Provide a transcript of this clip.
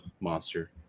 monster